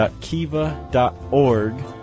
kiva.org